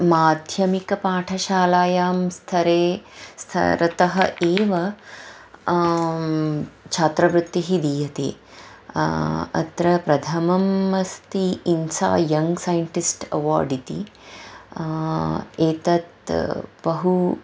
माध्यमिकपाठशालायां स्तरे स्तरतः एव छात्रवृत्तिः दीयते अत्र प्रथमम् अस्ति इन्सा यङ्ग् सैण्टिस्ट् अवार्ड् इति एतत् बहु